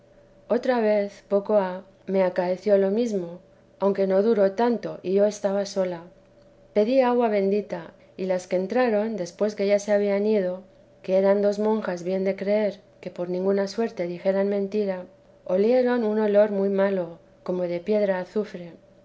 otra vez poco ha me acaeció lo mesmo aunque no duró tanto y yo estaba sola pedí agua bendita y las que entraron después que ya se había ido que eran dos monjas bien de creer que por ninguna suerte dijeran mentira olieron un olor muy malo como de piedra azufre